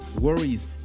worries